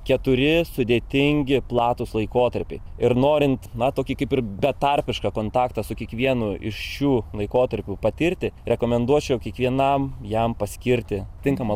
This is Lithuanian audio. keturi sudėtingi platūs laikotarpiai ir norint na tokį kaip ir betarpišką kontaktą su kiekvienu iš šių laikotarpių patirti rekomenduočiau kiekvienam jam paskirti tinkamą